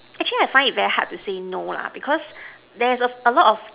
actually I find it very hard to say no lah because there is a a lot of